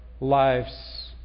lives